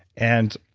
and